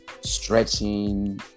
Stretching